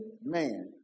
man